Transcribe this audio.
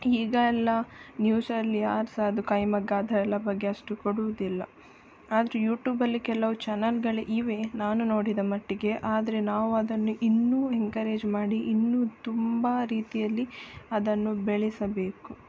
ಈಗ ಎಲ್ಲ ನ್ಯೂಸಲ್ಲಿ ಯಾರು ಸಹ ಅದು ಕೈಮಗ್ಗ ಅದೆಲ್ಲ ಬಗ್ಗೆ ಅಷ್ಟು ಕೊಡುವುದಿಲ್ಲ ಆದರೆ ಯೂಟ್ಯೂಬಲ್ಲಿ ಕೆಲವು ಚಾನಲ್ಗಳು ಇವೆ ನಾನು ನೋಡಿದ ಮಟ್ಟಿಗೆ ಆದರೆ ನಾವು ಅದನ್ನು ಇನ್ನು ಎನ್ಕರೇಜ್ ಮಾಡಿ ಇನ್ನು ತುಂಬ ರೀತಿಯಲ್ಲಿ ಅದನ್ನು ಬೆಳೆಸಬೇಕು